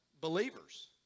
believers